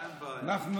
אין בעיה.